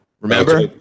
Remember